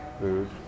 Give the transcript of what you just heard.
food